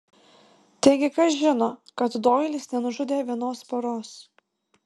taigi kas žino kad doilis nenužudė vienos poros